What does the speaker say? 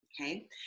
okay